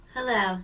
Hello